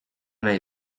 nahi